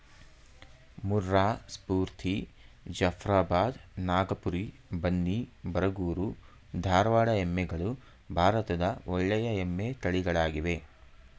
ಮುರ್ರಾ, ಸ್ಪೂರ್ತಿ, ಜಫ್ರಾಬಾದ್, ನಾಗಪುರಿ, ಬನ್ನಿ, ಬರಗೂರು, ಧಾರವಾಡ ಎಮ್ಮೆಗಳು ಭಾರತದ ಒಳ್ಳೆಯ ಎಮ್ಮೆ ತಳಿಗಳಾಗಿವೆ